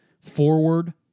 forward